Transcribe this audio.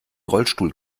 rollstuhl